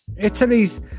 Italy's